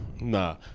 nah